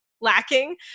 lacking